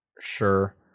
Sure